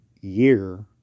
year